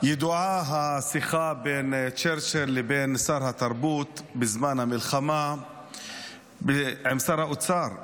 ידועה השיחה בין צ'רצ'יל לבין שר התרבות בזמן המלחמה עם שר האוצר,